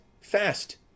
fast